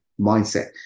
mindset